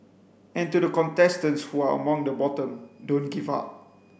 and to the contestants who are among the bottom don't give up